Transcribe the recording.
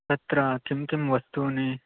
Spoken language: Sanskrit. तत्र किं किं वस्तूनि